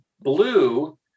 blue